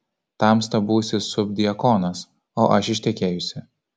tamsta būsi subdiakonas o aš ištekėjusi